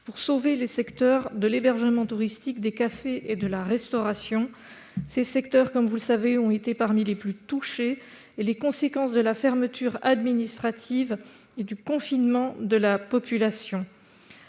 pour sauver les secteurs de l'hébergement touristique, des cafés et de la restauration. Comme vous le savez, ces secteurs ont été parmi les plus touchés par les conséquences de la fermeture administrative et du confinement de la population.